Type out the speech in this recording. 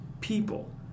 people